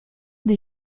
des